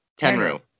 Tenru